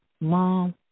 Mom